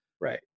Right